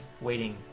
waiting